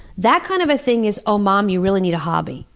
that kind of thing is, oh, mom, you really need a hobby.